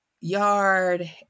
yard